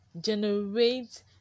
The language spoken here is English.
generate